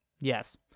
Yes